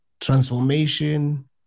transformation